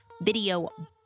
video